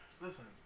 Listen